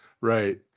right